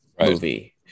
movie